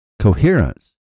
coherence